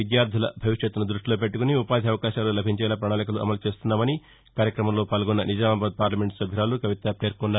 విద్యార్దుల భవిష్యత్తును ధృష్టిలో పెట్టుకొని ఉపాధి అవకాశాలు లభించేలా ప్రణాళికలు అమలు చేస్తున్నామని కార్యక్రమంలో పాల్గొన్న నిజామాబాద్ పార్లమెంటు సభ్యురాలు కవిత పేర్కొన్నారు